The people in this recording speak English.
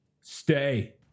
Stay